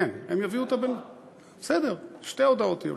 יהיו שתי הודעות.